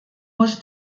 muss